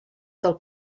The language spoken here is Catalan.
del